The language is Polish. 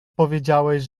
powiedziałeś